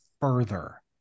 further